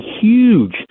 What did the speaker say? huge